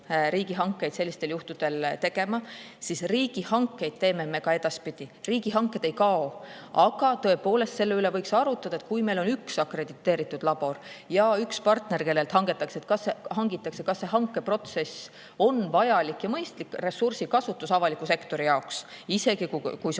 riigihankeid sellistel juhtudel tegema, siis riigihankeid teeme ka edaspidi. Riigihanked ei kao, aga tõepoolest, selle üle võiks arutada, et kui meil on üks akrediteeritud labor ja üks partner, kellelt hangitakse, siis kas see hankeprotsess on vajalik ja mõistlik ressursikasutus avaliku sektori jaoks, isegi kui see